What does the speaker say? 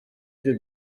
ibyo